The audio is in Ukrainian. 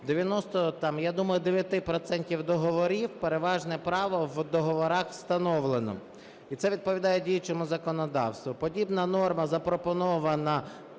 99 процентів договорів переважне право в договорах встановлено. І це відповідає діючому законодавству. Подібна норма запропонована,